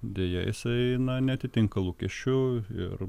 deja jisai na neatitinka lūkesčių ir